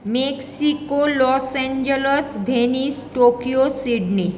Mexico Los Angeles Venice Tokyo Sydney